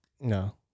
No